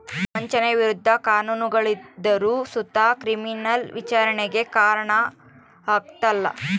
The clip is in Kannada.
ವಂಚನೆಯ ವಿರುದ್ಧ ಕಾನೂನುಗಳಿದ್ದರು ಸುತ ಕ್ರಿಮಿನಲ್ ವಿಚಾರಣೆಗೆ ಕಾರಣ ಆಗ್ಕಲ